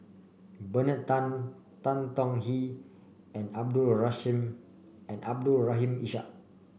Bernard Tan Tan Tong Hye and Abdul Abdul Rahim Ishak